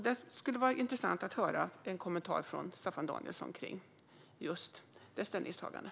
Det skulle vara intressant att höra en kommentar från Staffan Danielsson om just det ställningstagandet.